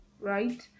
right